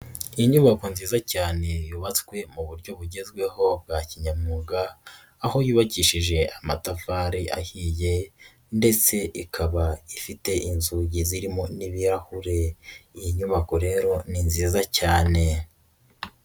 Inyubako nziza cyane yubatswe mu buryo bugezweho bwa kinyamwuga, aho yubakishije amatafari ahiye ndetse ikaba ifite inzugi zirimo n'ibirahure, iyi nyubako rero ni nziza cyane.